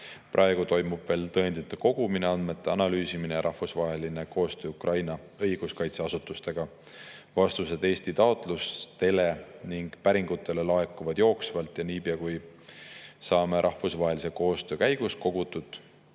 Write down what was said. Praegu toimub veel tõendite kogumine, andmete analüüsimine ja rahvusvaheline koostöö Ukraina õiguskaitseasutustega. Vastused Eesti taotlustele ning päringutele laekuvad jooksvalt ja niipea, kui saame rahvusvahelise koostöö käigus kokku